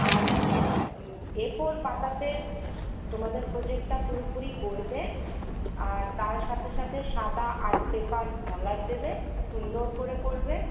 R A four পাতাতে তোমাদের প্রোজেক্টটা পুরোপুরি করবে আর তার সাথে সাথে সাদা আর্ট পেপার মলাট দেবে সুন্দর করে করবে